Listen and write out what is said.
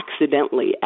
Accidentally